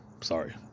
Sorry